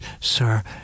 Sir